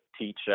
teach